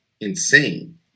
insane